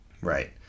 right